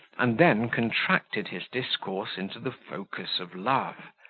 and then contracted his discourse into the focus of love,